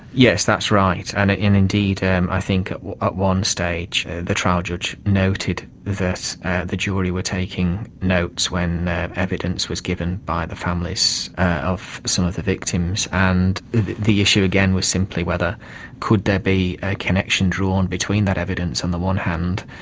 yes, that's right, and indeed ah um i think at one stage the trial judge noted that the jury were taking notes when evidence was given by the families of some of the victims, and the issue again was simply whether could there be a connection drawn between that evidence, on the one hand,